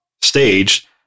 staged